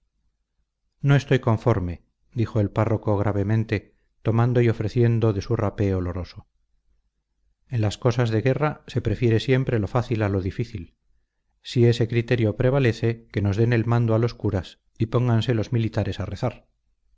no estoy conforme dijo el párroco gravemente tomando y ofreciendo de su rapé oloroso en las cosas de guerra se prefiere siempre lo fácil a lo difícil si ese criterio prevalece que nos den el mando a los curas y pónganse los militares a rezar